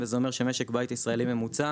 וזה אומר שמשק בית ישראלי ממוצע